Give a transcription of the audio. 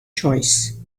choice